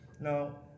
Now